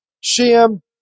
Shem